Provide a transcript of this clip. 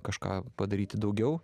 kažką padaryti daugiau